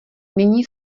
nyní